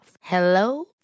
Hello